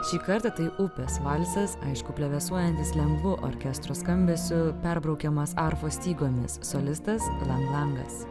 šį kartą tai upės valsas aišku plevėsuojantis lengvu orkestro skambesiu perbraukiamas arfos stygomis solistas lang langas